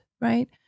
right